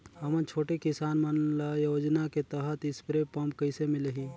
हमन छोटे किसान मन ल योजना के तहत स्प्रे पम्प कइसे मिलही?